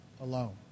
alone